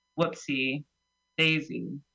whoopsie-daisy